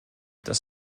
das